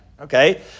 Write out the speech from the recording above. okay